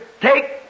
take